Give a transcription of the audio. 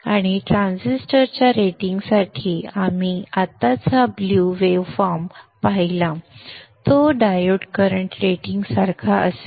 आणि ट्रान्झिस्टरच्या रेटिंगसाठी आपण आत्ताच हा ब्लू वे फॉर्म पाहिला आहे तो डायोड करंट रेटिंग सारखा असेल